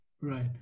Right